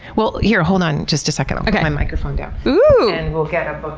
well here, hold on just a second. i'll put my microphone down and we'll get a